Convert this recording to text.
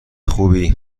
خوبی